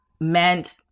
meant